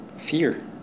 fear